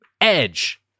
Edge